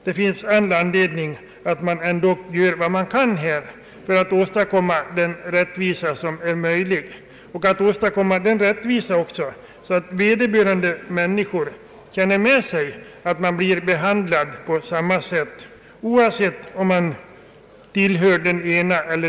Det framstår som angeläget att vi gör vad vi kan för att åstadkomma all möjlig rättvisa, så att dessa människor känner att de blir behandlade på samma sätt som andra.